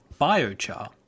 biochar